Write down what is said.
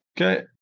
Okay